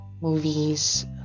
movies